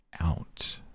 Out